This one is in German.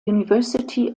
university